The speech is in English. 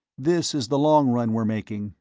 this is the long run we're making,